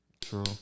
True